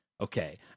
Okay